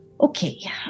Okay